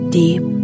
deep